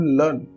learn